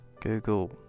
Google